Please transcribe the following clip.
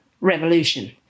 revolution